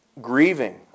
grieving